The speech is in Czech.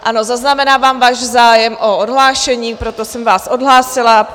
Ano, zaznamenávám váš zájem o odhlášení, proto jsem vás odhlásila.